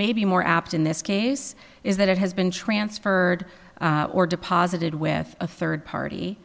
may be more apt in this case is that it has been transferred or deposited with a third party